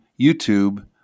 YouTube